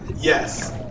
Yes